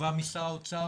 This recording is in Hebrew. תשובה משרד האוצר